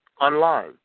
online